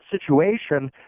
situation